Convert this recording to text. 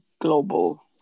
global